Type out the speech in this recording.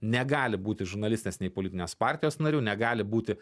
negali būti žurnalistinės nei politinės partijos narių negali būti